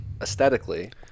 aesthetically